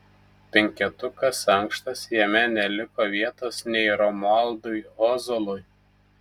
penketukas ankštas jame neliko vietos nei romualdui ozolui